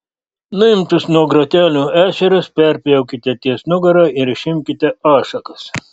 nuimtus nuo grotelių ešerius perpjaukite ties nugara ir išimkite ašakas